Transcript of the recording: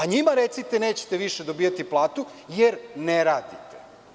Njima recite - nećete više dobijati platu, jer ne radite.